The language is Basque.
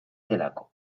delako